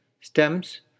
stems